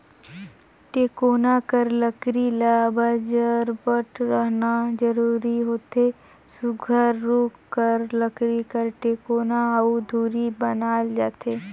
टेकोना कर लकरी ल बजरबट रहना जरूरी होथे सुग्घर रूख कर लकरी कर टेकोना अउ धूरी बनाल जाथे